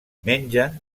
mengen